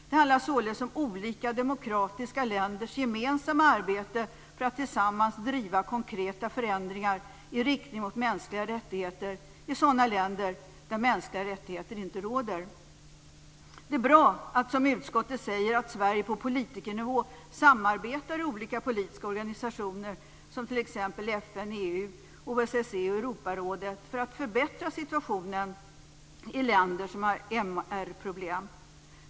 Det handlar således om olika demokratiska länders gemensamma arbete för att tillsammans driva konkreta förändringar i riktning mot mänskliga rättigheter i sådana länder där mänskliga rättigheter inte råder. Det är bra, som utskottet säger, att Sverige på politikernivå samarbetar i olika politiska organisationer som t.ex. FN, EU, OSSE och Europarådet för att förbättra situationen i länder som har MR-problem.